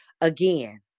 again